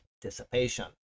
dissipation